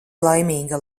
laimīga